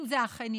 אם זה אכן יקרה,